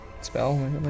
Spell